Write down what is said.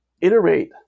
iterate